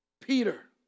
Peter